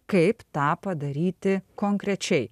kaip tą padaryti konkrečiai